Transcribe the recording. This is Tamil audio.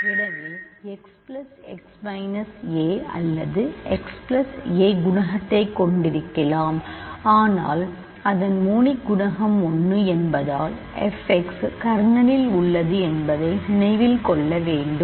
எனவே x plus x minus a அல்லது x பிளஸ் a குணகத்தைக் கொண்டிருக்கலாம் ஆனால் அதன் மோனிக் குணகம் 1 என்பதால் f x கர்னலில் உள்ளது என்பதை நினைவில் கொள்ள வேண்டும்